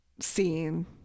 scene